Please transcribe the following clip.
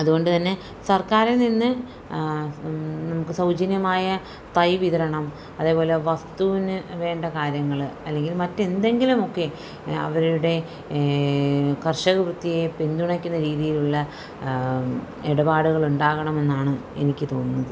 അതുകൊണ്ട് തന്നെ സർക്കരിൽ നിന്ന് നമുക്ക് സൗജന്യമായ തൈ വിതരണം അതേപോലെ വസ്തുൂവിന് വേണ്ട കാര്യങ്ങൾ അല്ലെങ്കിൽ മറ്റ് എന്തെങ്കിലുമൊക്കെ അവരുടെ കർഷകവൃത്തിയെ പിന്തുണയ്ക്കുന്ന രീതിയിലുള്ള ഇടപാടുകളുണ്ടാകണമെന്നാണ് എനിക്ക് തോന്നുന്നത്